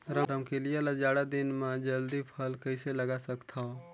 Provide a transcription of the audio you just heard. रमकलिया ल जाड़ा दिन म जल्दी फल कइसे लगा सकथव?